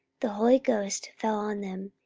the holy ghost fell on them,